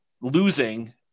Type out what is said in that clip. losing